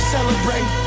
Celebrate